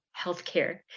healthcare